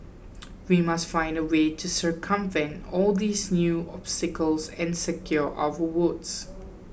we must find a way to circumvent all these new obstacles and secure our votes